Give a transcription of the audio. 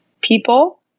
people